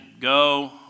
Go